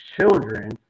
children